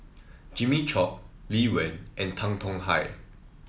Jimmy Chok Lee Wen and Tan Tong Hye